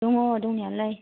दङ दंनायालाय